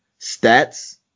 stats